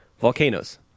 volcanoes